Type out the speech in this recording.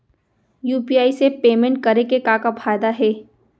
UPI से payment करे के का का फायदा हे?